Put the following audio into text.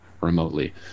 remotely